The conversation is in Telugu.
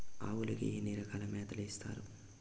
ఆవులకి ఎన్ని రకాల మేతలు ఇస్తారు?